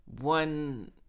one